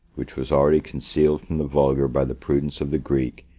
which was already concealed from the vulgar by the prudence of the greek,